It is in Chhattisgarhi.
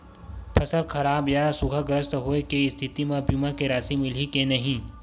फसल खराब या सूखाग्रस्त होय के स्थिति म बीमा के राशि मिलही के नही?